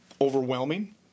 overwhelming